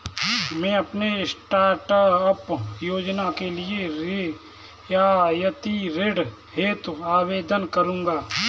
मैं अपने स्टार्टअप योजना के लिए रियायती ऋण हेतु आवेदन करूंगा